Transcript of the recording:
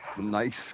Nice